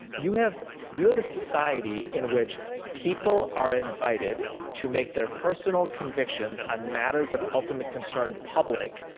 you have you have a society in which people are invited to make their personal convictions on matters of ultimate concern public,